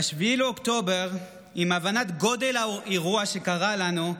ב-7 באוקטובר, עם הבנת גודל האירוע שקרה לנו,